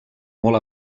molt